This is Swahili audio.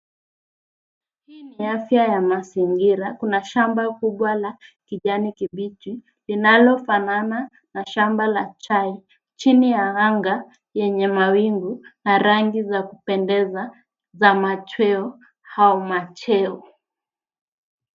Hii ni afya ya mazingira kuna shamba kubwa la kijani kibichi linalo fanana na shamba la chai chini ya anga yenye mawingu na rangi za kupendeza za machweo au macheo.